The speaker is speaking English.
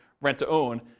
rent-to-own